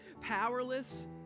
powerless